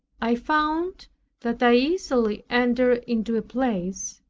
i found that i easily entered into a place,